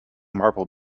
marble